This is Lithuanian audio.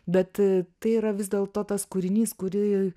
bet tai yra vis dėlto tas kūrinys kuri